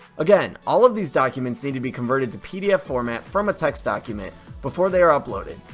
again, all of these documents need to be converted to pdf format from a text document before they are uploaded,